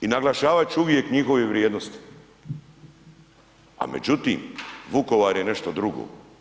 I naglašavat ću uvijek njihove vrijednosti, a međutim, Vukovar je nešto drugo.